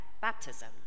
baptism